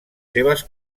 seves